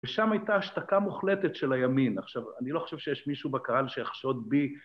ושם הייתה השתקה מוחלטת של הימין. עכשיו, אני לא חושב שיש מישהו בקהל שיחשוד בי...